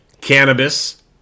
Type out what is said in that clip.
Cannabis